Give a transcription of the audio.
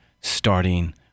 starting